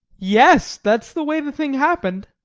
yes, that's the way the thing happened.